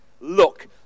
Look